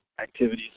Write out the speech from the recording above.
activities